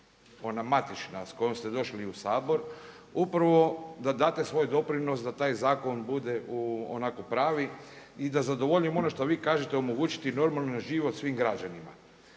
ona matična s kojom ste došli u Sabor upravo da date svoj doprinos da taj zakon bude u onako pravi i da zadovolji ono što vi kažete omogućiti normalan život svim građanima.